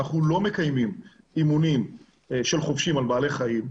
אנחנו לא מקיימים אימונים של חובשים על בעלי חיים,